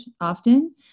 often